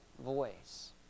voice